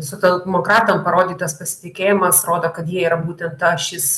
socialdemokratam parodytas pasitikėjimas rodo kad jie yra būtent ta ašis